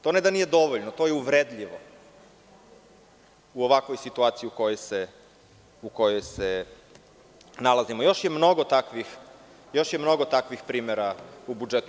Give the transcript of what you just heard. To ne da nije dovoljno, to je uvredljivo u ovakvoj situaciji u kojoj se nalazimo i još je mnogo takvih primera u budžetu.